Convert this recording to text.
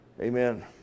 amen